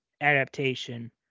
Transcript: adaptation